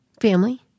family